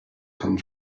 come